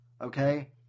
Okay